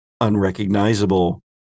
unrecognizable